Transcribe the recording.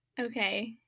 Okay